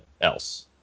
else